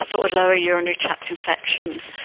so the lower urinary tract infections.